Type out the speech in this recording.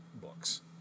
books